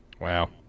Wow